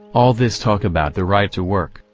all this talk about the right to work,